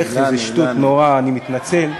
איזה שטות נוראה, אני מתנצל.